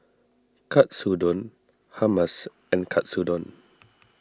Katsudon Hummus and Katsudon